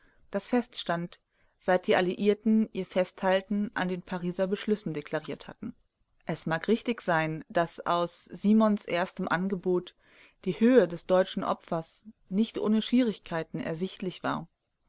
das feststand seit die alliierten ihr festhalten an den pariser beschlüssen deklariert hatten es mag richtig sein daß aus simons erstem angebot die höhe des deutschen opfers nicht ohne schwierigkeiten ersichtlich war